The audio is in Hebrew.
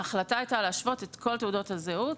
ההחלטה הייתה להשוות את כל תעודות הזהות,